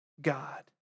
God